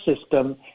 system